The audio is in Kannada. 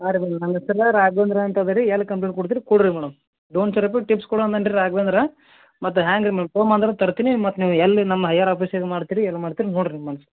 ಹಾಂ ರೀ ಮೇಡಮ್ ನನ್ನ ಹೆಸ್ರು ರಾಘವೇಂದ್ರ ಅಂತದ ರೀ ಎಲ್ಲಿ ಕಂಪ್ಲೇಂಟ್ ಕೊಡ್ತೀರಿ ಕೊಡಿರಿ ಮೇಡಮ್ ದೋನ್ಸೆ ರೂಪಾಯಿ ಟಿಪ್ಸ್ ಕೊಡು ಅಂದಾನ ರೀ ರಾಘವೇಂದ್ರ ಮತ್ತು ಹ್ಯಾಂಗೆ ಫೋನ್ ಮಾಡ್ದರೆ ತರ್ತೀನಿ ಮತ್ತು ನೀವು ಎಲ್ಲಿ ನಮ್ಮ ಹೈಯರ್ ಆಪೀಸಿಗೆ ಮಾಡ್ತೀರಿ ಎಲ್ಲಿ ಮಾಡ್ತೀರಿ ನೋಡಿರಿ ನಿಮ್ಮನ್ನ